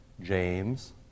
James